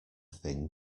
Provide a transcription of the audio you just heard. thing